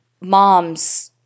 mom's